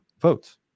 votes